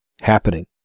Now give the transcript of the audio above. happening